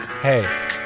hey